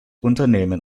unternehmen